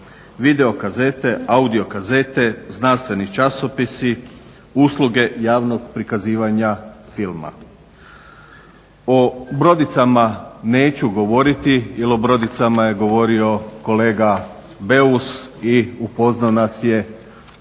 video kazete, audio kazete, znanstveni časopisi, usluge javnog prikazivanja filma. O brodicama neću govoriti jer o brodicama je govorio kolega Beus i upoznao nas je oko